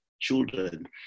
children